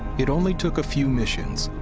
it only took a few missions,